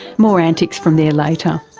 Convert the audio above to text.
more antics from there later.